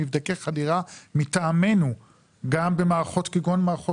מבדקי חדירה מטעמנו גם במערכות כגון מערכות